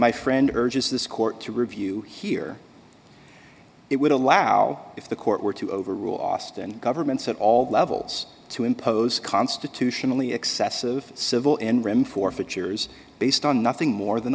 my friend urges this court to review here it would allow if the court were to overrule austin governments at all levels to impose a constitutionally excessive civil and rim forfeitures based on nothing more than